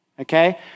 okay